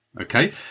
Okay